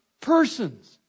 persons